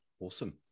Awesome